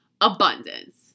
abundance